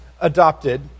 adopted